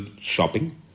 shopping